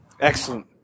Excellent